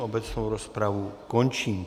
Obecnou rozpravu končím.